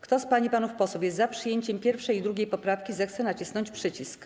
Kto z pań i panów posłów jest za przyjęciem 1. i 2. poprawki, zechce nacisnąć przycisk.